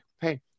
hey